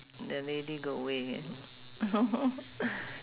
the lady go away eh